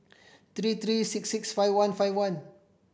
three three six six five one five one